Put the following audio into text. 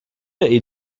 est